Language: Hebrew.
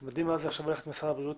אתם יודעים מה זה עכשיו ללכת למשרד הבריאות